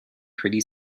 pretty